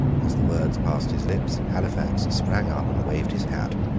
as the words passed his lips, halifax sprang up and waved his hat.